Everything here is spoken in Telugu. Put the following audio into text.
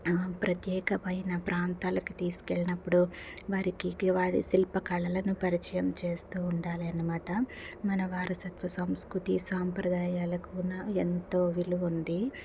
ప్రత్యేకమైన ప్రాంతాలకు తీసుకువెళ్లినప్పుడు వారికి వారి శిల్పకళలను పరిచయం చేస్తూ ఉండాలనమాట మన వారసత్వ సంస్కృతి సాంప్రదాయాలకు ఉన్న ఎంతో విలువ ఉంది